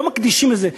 לא מקדישים לזה,